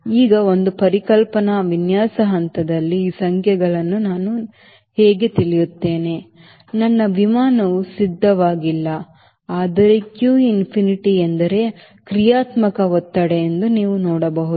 ಈಗ ಒಂದು ಪರಿಕಲ್ಪನಾ ವಿನ್ಯಾಸ ಹಂತದಲ್ಲಿ ಈ ಸಂಖ್ಯೆಗಳನ್ನು ನಾನು ಹೇಗೆ ತಿಳಿಯುತ್ತೇನೆ ನನ್ನ ವಿಮಾನವು ಸಿದ್ಧವಾಗಿಲ್ಲ ಆದರೆ q infinite ಎಂದರೆ ಕ್ರಿಯಾತ್ಮಕ ಒತ್ತಡ ಎಂದು ನೀವು ನೋಡಬಹುದು